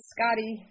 Scotty